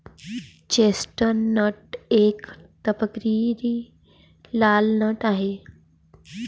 chestnut एक तपकिरी लाल नट आहे